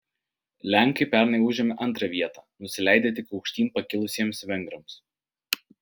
lenkai pernai užėmė antrą vietą nusileidę tik aukštyn pakilusiems vengrams